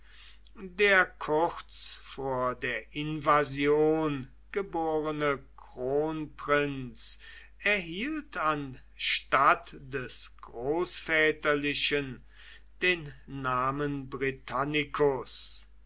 der kurz vor der invasion geborene kronprinz erhielt anstatt des großväterlichen den namen britannicus